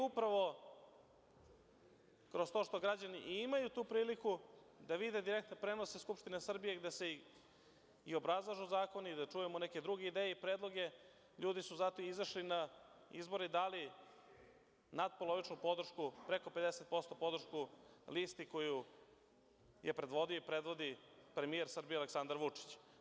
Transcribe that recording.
Upravo kroz to što građani imaju priliku da vide direktne prenose Skupštine Srbije, gde se i obrazlažu zakoni, da čujemo neke druge ideje i predloge, ljudi su zato i izašli na izbore, dali natpolovičnu podršku, preko 50% podršku listu koju je predvodio i predvodi premijer Srbije Aleksandar Vučić.